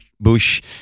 bush